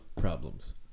problems